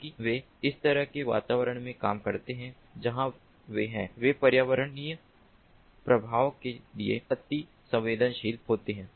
क्योंकि वे इस तरह के वातावरण में काम करते हैं जहां वे हैं वे पर्यावरणीय प्रभाव के लिए अतिसंवेदनशील होते हैं